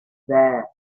there